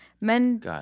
Men